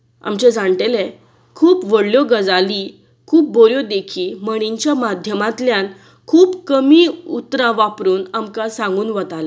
आमचे जाणटेले खूब व्हडल्यो गजाली खूब बऱ्यो देखी म्हणीच्या माध्यमांतल्यान खुब कमी उतरां वापरुन आमकां सांगून वतालें